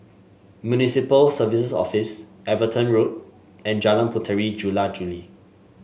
Municipal Services Office Everton Road and Jalan Puteri Jula Juli